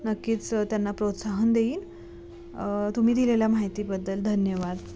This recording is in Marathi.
नक्कीच त्यांना प्रोत्साहन देईन तुम्ही दिलेल्या माहितीबद्दल धन्यवाद